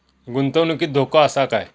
गुंतवणुकीत धोको आसा काय?